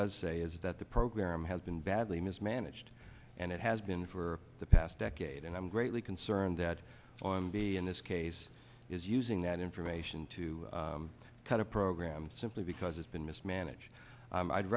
does say is that the program has been badly mismanaged and it has been for the past decade and i'm greatly concerned that on be in this case is using that information to cut a program simply because it's been mismanaged